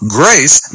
grace